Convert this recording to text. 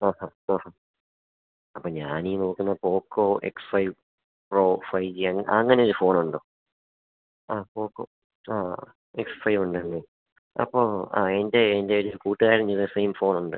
ആ ആ ആ അപ്പം ഞാൻ ഈ നോക്കുന്ന Poco X five pro five G അങ്ങനെയൊരു ഫോണുണ്ടോ ആ പോക്കോ ആ എക്സ് ഫൈവുണ്ടല്ലേ അപ്പോൾ അതിൻ്റെ എൻ്റെ ഒരു കൂട്ടുകാരൻ്റെ കയ്യിൽ സെയിം ഫോണുണ്ട്